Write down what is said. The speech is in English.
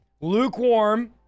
lukewarm